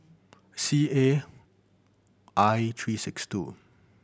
C A I three six two